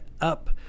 up